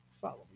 Follow